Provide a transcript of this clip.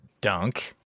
Dunk